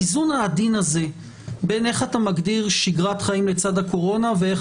האיזון העדין הזה בין איך אתה מגדיר שגרת חיים לצד הקורונה ואיך